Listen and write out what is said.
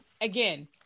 Again